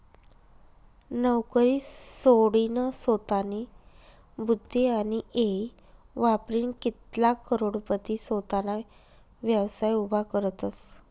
नवकरी सोडीनसोतानी बुध्दी आणि येय वापरीन कित्लाग करोडपती सोताना व्यवसाय उभा करतसं